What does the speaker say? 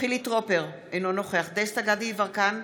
חילי טרופר, אינו נוכח דסטה גדי יברקן,